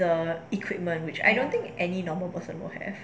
the equipment which I don't think any the whole person will have